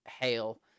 hail